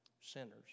sinners